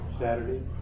Saturday